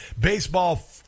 baseball